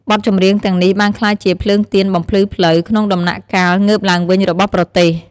បទចម្រៀងទាំងនេះបានក្លាយជា ភ្លើងទៀនបំភ្លឺផ្លូវ ក្នុងដំណាក់កាលងើបឡើងវិញរបស់ប្រទេស។